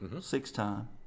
six-time